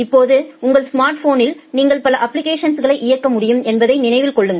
இப்போது உங்கள் ஸ்மார்ட்போனில் நீங்கள் பல அப்ப்ளிகேஷன்களை இயக்க முடியும் என்பதை நினைவில் கொள்ளுங்கள்